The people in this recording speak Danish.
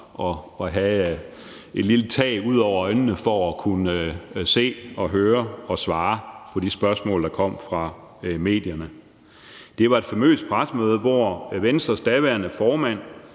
end at lave et lille tag ud over øjnene for at kunne se og høre og svare på de spørgsmål, der kom fra medierne. Det var et famøst pressemøde, hvor Venstres daværende formand,